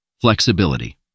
Flexibility